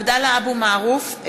(קוראת בשמות חברי הכנסת) עבדאללה אבו מערוף,